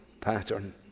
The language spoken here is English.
pattern